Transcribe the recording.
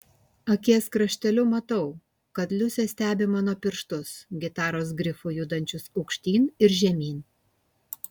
akies krašteliu matau kad liusė stebi mano pirštus gitaros grifu judančius aukštyn ir žemyn